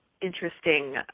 interesting